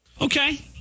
Okay